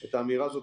את האמירה הזאת,